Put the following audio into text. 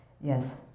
Yes